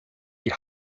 die